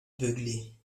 beugler